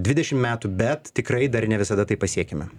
dvidešim metų bet tikrai dar ne visada tai pasiekiame